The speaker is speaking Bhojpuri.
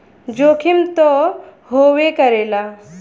जोखिम त होबे करेला